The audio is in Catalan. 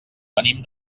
venim